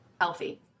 healthy